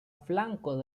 flanko